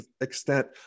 extent